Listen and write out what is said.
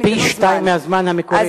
זה פי-שניים מהזמן המקורי.